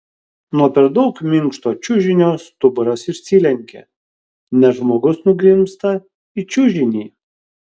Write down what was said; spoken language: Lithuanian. nuo per daug minkšto čiužinio stuburas išsilenkia nes žmogus nugrimzta į čiužinį